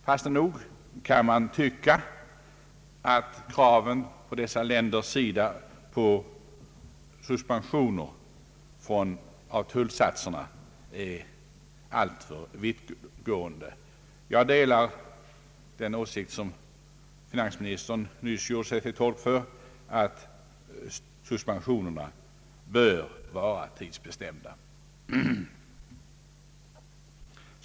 Fast nog kan man tycka att kravet från dessa länders sida på suspensioner av tullsatserna är alltför långtgående. Jag delar den åsikt som finansministern nyss gjorde sig till tolk för, att suspensionerna bör vara tidsbestämda, annars blir det ingen riktig tullunion i GATT avtalets mening.